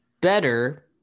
Better